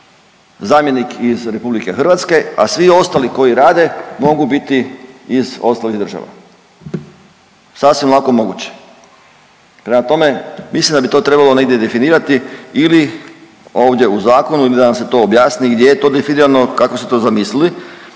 zamjenik iz Republike Hrvatske, a svi ostali koji rade mogu biti iz ostalih država, sasvim lako moguće. Prema tome, mislim da bi to trebalo negdje definirati ili ovdje u zakonu ili da vam se to objasni gdje je to definirano, kako su to zamislili